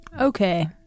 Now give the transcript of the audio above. Okay